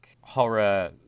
horror